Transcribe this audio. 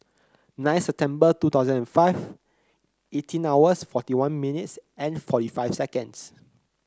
nine September two thousand and five eighteen hours forty one minutes and forty five seconds